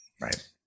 Right